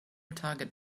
target